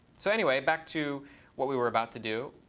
so anyway, back to what we were about to do.